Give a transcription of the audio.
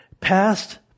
Past